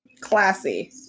classy